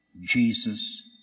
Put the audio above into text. Jesus